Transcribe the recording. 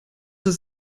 ist